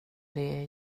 det